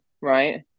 right